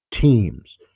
teams